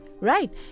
right